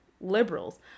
liberals